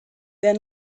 then